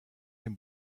dem